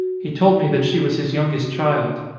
he told me that she was his youngest child.